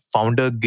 Founder